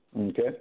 Okay